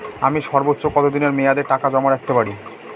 আমি সর্বোচ্চ কতদিনের মেয়াদে টাকা জমা রাখতে পারি?